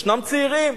יש צעירים,